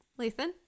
Lathan